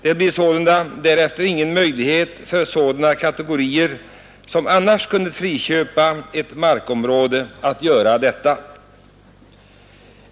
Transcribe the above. Det blir sålunda därefter ingen möjlighet för sådana kategorier som annars skulle friköpa ett markområde att göra detta.